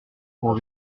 pour